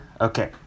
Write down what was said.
Okay